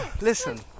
Listen